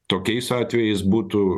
tokiais atvejais būtų